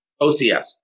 OCS